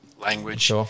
language